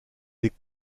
des